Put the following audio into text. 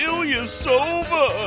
Ilyasova